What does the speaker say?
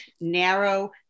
narrow